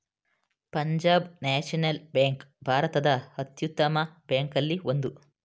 Punjab National Bank ಭಾರತದ ಅತ್ಯುತ್ತಮ ಬ್ಯಾಂಕಲ್ಲಿ ಒಂದು